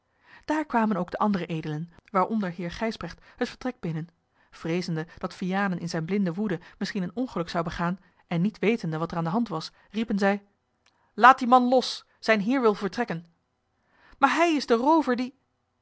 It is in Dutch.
daar kwamen ook de andere edelen waaronder heer gijsbrecht het vertrek binnen vreezende dat vianen in zijne blinde woede misschien een ongeluk zou begaan en niet wetende wat er aan de hand was riepen zij laat dien man los zijn heer wil vertrekken maar hij is de roover die